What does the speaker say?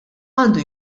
għandu